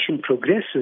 progresses